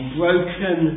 broken